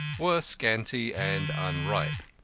were scanty and unripe.